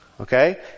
Okay